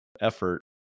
effort